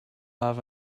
have